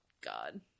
God